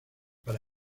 para